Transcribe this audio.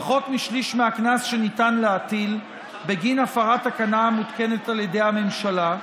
פחות משליש מהקנס שניתן להטיל בגין הפרת תקנה המותקנת על ידי הממשלה,